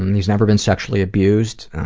and he's never been sexually abused,